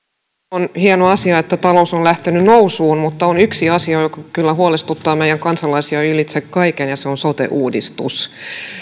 on hieno asia että talous on lähtenyt nousuun mutta on yksi asia joka kyllä huolestuttaa meidän kansalaisia ylitse kaiken ja se on sote uudistus